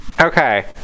Okay